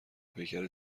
پیکر